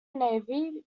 navy